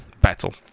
battle